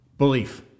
Belief